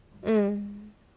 mm